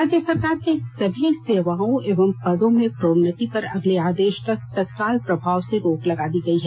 राज्य सरकार की सभी सेवाओं एवं पदों में प्रोन्नति पर अगले आदेश तक तत्काल प्रभाव से रोक लगा दी गई है